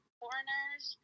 foreigners